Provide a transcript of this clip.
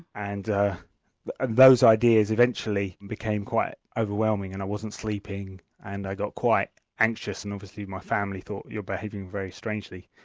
and ah and those ideas eventually became quite overwhelming and i wasn't sleeping and i got quite anxious, and obviously my family thought you're behaving very strangely.